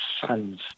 sons